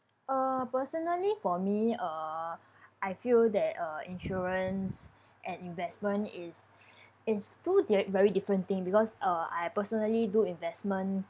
uh personally for me uh I feel that uh insurance and investment is is two di~ very different thing because uh I personally do investment